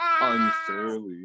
unfairly